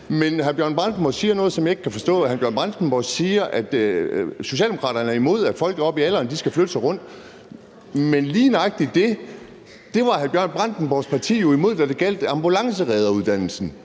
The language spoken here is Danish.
det. Hr. Bjørn Brandenborg siger noget, som jeg ikke kan forstå, når han siger, at Socialdemokratiet er imod, at folk oppe i alderen skal flytte sig. Men lige nøjagtig det var hr. Bjørn Brandenborgs parti jo imod, da det gjaldt ambulanceredderuddannelsen.